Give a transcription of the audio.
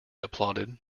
applauded